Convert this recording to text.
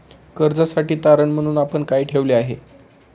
कर्जासाठी तारण म्हणून आपण काय ठेवले आहे?